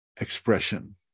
expression